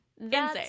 insane